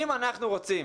אם אנחנו רוצים